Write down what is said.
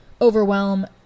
overwhelm